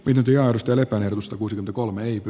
pidempi arvostelee ajatusta kuusi kolme ipi